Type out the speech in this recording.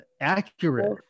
accurate